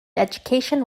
education